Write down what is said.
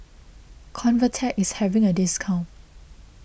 Convatec is having a discount